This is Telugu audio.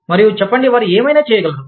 మరియు చెప్పండి వారు ఏమైనా చేయగలరు